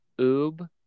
oob